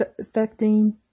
affecting